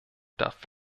darf